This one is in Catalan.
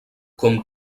com